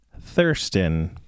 Thurston